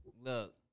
Look